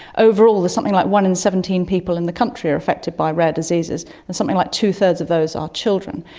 overall there's something like one in seventeen people in the country are affected by rare diseases and something like two-thirds of those are children.